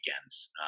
weekends